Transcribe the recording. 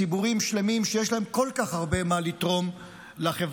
ציבורים שלמים שיש להם כל כך הרבה מה לתרום לחברה,